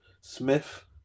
Smith